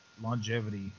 longevity